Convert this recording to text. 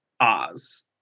Oz